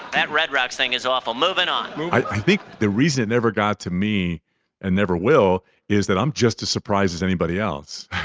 that red rag thing is awful. moving on i think the reason never got to me and never will is that i'm just as surprised as anybody else